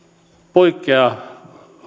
poikkeaa